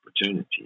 opportunity